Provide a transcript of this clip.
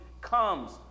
comes